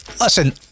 listen